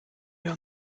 wir